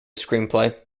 screenplay